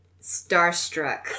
starstruck